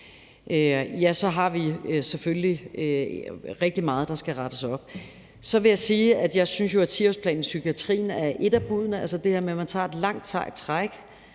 Derfor har vi selvfølgelig rigtig meget, der skal rettes op. Så vil jeg sige, at jeg jo synes, at 10-årsplanen i psykiatrien er et af buddene, altså det her med, at man tager et langt, sejt træk